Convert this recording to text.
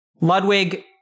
Ludwig